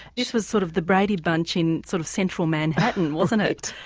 this was sort of the brady bunch in sort of central manhattan wasn't it?